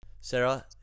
Sarah